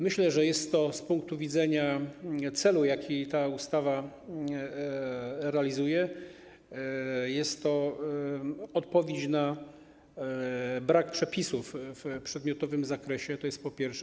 Myślę, że z punktu widzenia celu, jaki ta ustawa realizuje, jest to odpowiedź na brak przepisów w przedmiotowym zakresie - to po pierwsze.